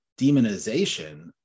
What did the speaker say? demonization